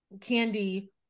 Candy